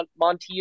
Montiel